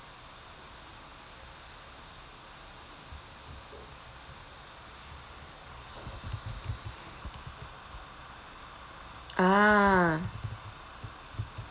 ah